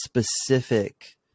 specific